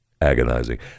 agonizing